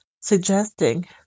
suggesting